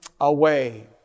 away